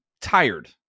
tired